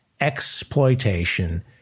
Exploitation